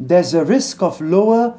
there is a risk of lower